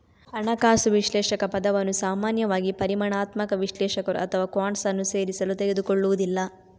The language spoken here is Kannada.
ಹಣಕಾಸು ವಿಶ್ಲೇಷಕ ಪದವನ್ನು ಸಾಮಾನ್ಯವಾಗಿ ಪರಿಮಾಣಾತ್ಮಕ ವಿಶ್ಲೇಷಕರು ಅಥವಾ ಕ್ವಾಂಟ್ಸ್ ಅನ್ನು ಸೇರಿಸಲು ತೆಗೆದುಕೊಳ್ಳುವುದಿಲ್ಲ